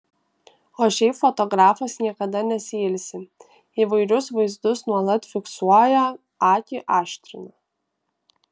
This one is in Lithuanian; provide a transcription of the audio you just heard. o šiaip fotografas niekada nesiilsi įvairius vaizdus nuolat fiksuoja akį aštrina